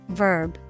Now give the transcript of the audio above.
verb